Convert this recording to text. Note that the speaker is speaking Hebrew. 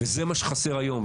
וזה מה שחסר היום.